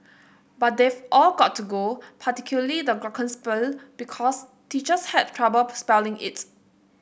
but they've all got to go particularly the glockenspiel because teachers had troubling spelling it